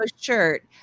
shirt